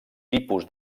tipus